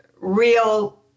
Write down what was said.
real